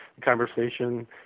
Conversation